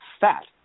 fat